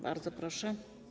Bardzo proszę.